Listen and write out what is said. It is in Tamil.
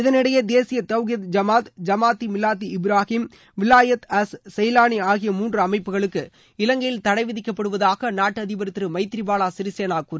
இதனிடையே தேசிய தவிகித் ஜமாத்தி மிவாத்தி இப்ராஹிம் வில்லாயத் அஸ் செய்வானி ஆகிய மூன்று அமைப்புகளுக்கு இலங்கையில் தடைவிதிக்கப்படுவதாக அந்நாட்டு அதிபர் திரு எமதிரிபால சிரிசேனா கூறியுள்ளார்